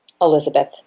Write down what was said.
Elizabeth